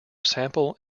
sample